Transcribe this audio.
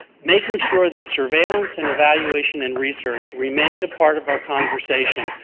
making sure that surveillance and evaluation and research remained a part of our conversation,